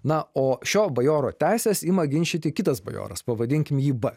na o šio bajoro teises ima ginčyti kitas bajoras pavadinkim jį b